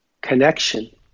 connection